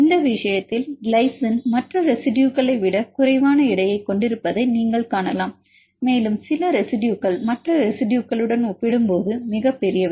இந்த விஷயத்தில் கிளைசின் மற்ற ரெசிடுயுகளை விட குறைவான எடையைக் கொண்டிருப்பதை நீங்கள் காணலாம் மேலும் சில ரெசிடுயுகள் மற்ற ரெசிடுயுகளுடன் ஒப்பிடும்போது மிகப் பெரியவை